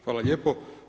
Hvala lijepo.